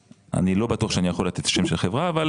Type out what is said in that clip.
אני לא בטוח שאני יכול לתת שם של חברה אבל